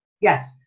Yes